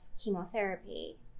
chemotherapy